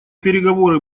переговоры